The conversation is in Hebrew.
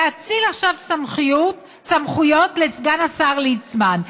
יאציל עכשיו סמכויות לסגן השר ליצמן,